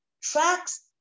tracks